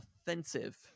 offensive